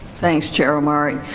thanks, chair omari.